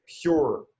pure